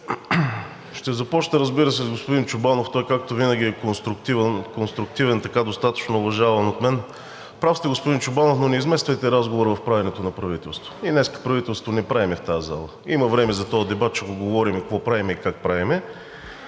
ще започна, разбира се, с господин Чобанов, той както винаги е конструктивен, достатъчно уважаван от мен. Прав сте, господин Чобанов, но не измествайте разговора в правенето на правителство, ние днес правителство не правим в тази зала, има време за този дебат, ще го говорим какво правим